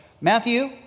Matthew